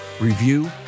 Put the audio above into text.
review